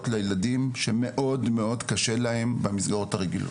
לילדים שמאוד מאוד קשה להם במסגרות הרגילות.